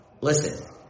Listen